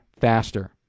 faster